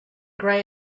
grey